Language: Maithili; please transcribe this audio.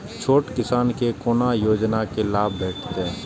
छोट किसान के कोना योजना के लाभ भेटते?